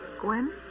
Gwen